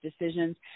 decisions